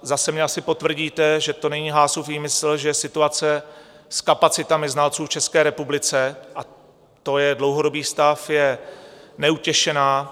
Zase mně asi potvrdíte, že to není Haasův výmysl, že situace s kapacitami znalců v České republice a to je dlouhodobý stav je neutěšená.